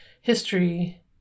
history